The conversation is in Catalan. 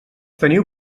teniu